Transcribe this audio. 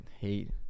hate